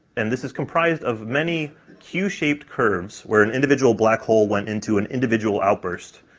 and this is comprised of many q-shaped curves, where an individual black hole went into an individual outburst,